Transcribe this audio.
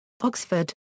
Oxford